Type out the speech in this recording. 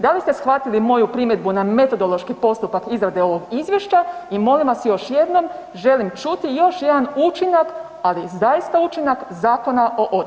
Da li ste shvatili moju primjedbu na metodološki postupak izrade ovog izvješća i molim vas još jednom želim čuti još jedan učinak, ali zaista učinak Zakona o otocima.